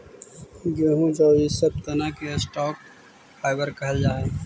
गेहूँ जौ इ सब के तना के स्टॉक फाइवर कहल जा हई